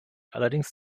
allerdings